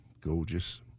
Gorgeous